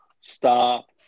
Stop